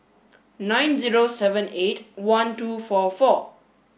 nine zero seven eight one two four four